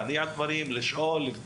להניע דברים ולבדוק,